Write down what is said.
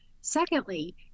secondly